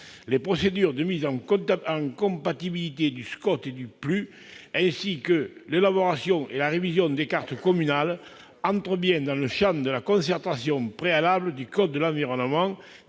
les procédures de mise en compatibilité du SCOT et du PLU, ainsi que l'élaboration et la révision des cartes communales entrent bien dans le champ de la concertation préalable du code de l'environnement,